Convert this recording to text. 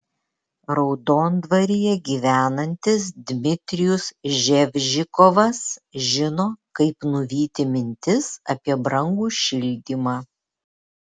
raudondvaryje gyvenantis dmitrijus ževžikovas žino kaip nuvyti mintis apie brangų šildymą